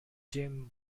jim